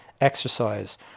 exercise